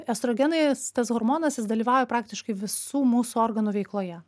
estrogenas tas hormonas jis dalyvauja praktiškai visų mūsų organų veikloje